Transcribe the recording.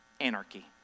Anarchy